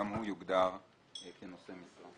גם הוא יוגדר כנושא משרה.